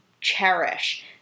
cherish